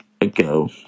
ago